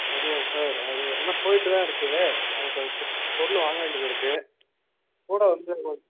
அதுவா சார் அது எல்லாம் போய்ட்டு தான் இருக்குது நம்ம கொஞ்சம் பொ பொருள் வாங்க வேண்டியது இருக்குது கூட வந்து